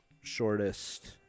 shortest